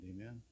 Amen